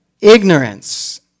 ignorance